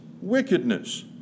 wickedness